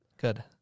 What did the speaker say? Good